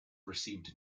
received